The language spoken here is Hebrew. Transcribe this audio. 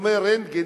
האם דרוש כור היתוך?